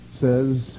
says